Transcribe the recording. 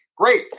Great